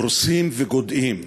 הורסים וגודעים,